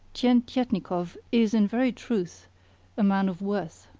tientietnikov is in very truth a man of worth.